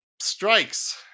strikes